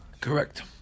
Correct